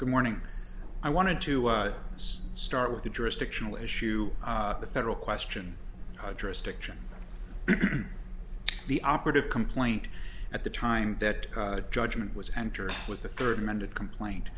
good morning i wanted to start with the jurisdictional issue the federal question addressed diction the operative complaint at the time that judgment was entered was the third amended complaint